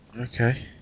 Okay